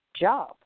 job